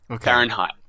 Fahrenheit